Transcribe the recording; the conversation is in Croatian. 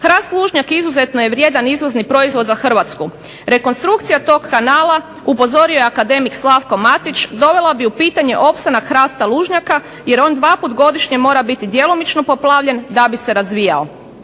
Hrast lužnjak izuzetno je vrijedan izvozni proizvod za Hrvatsku. Rekonstrukcija tog kanala, upozorio je akademik Slavko Matić, dovela bi u pitanje opstanak hrasta lužnjak jer on dvaput godišnje mora biti djelomično poplavljen da bi se razvijao.